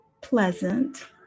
pleasant